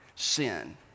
Sin